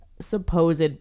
supposed